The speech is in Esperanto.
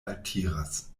altiras